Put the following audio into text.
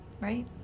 Right